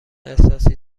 احساسی